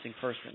person